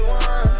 one